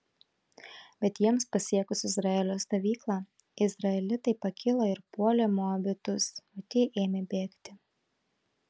bet jiems pasiekus izraelio stovyklą izraelitai pakilo ir puolė moabitus o tie ėmė bėgti